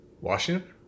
Washington